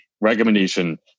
recommendation